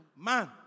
Man